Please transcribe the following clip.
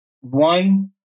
one